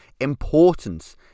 importance